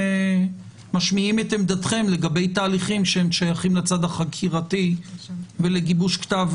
משמיעים את עמדתכם לגבי תהליכים ששייכים לצד החקירתי ולגיבוש כתב